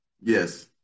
Yes